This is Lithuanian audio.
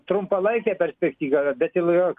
trumpalaikę perspektyvą bet jau yra